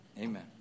amen